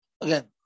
Again